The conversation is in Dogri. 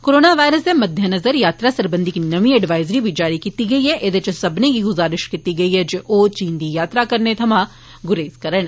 कोरोना वायरस दे मद्देनज़र यात्रा सरबंधी इक नमीं एडवाईजरी बी जारी कीती गेई ऐ जेह्दे च सब्भनें गी ग्जारिश कीती गेई ऐ जे ओह चीन दी यात्रा करने थमां परहेज़ करन